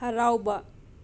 ꯍꯔꯥꯎꯕ